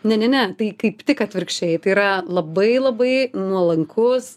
ne ne ne tai kaip tik atvirkščiai tai yra labai labai nuolankus